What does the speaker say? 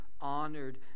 honored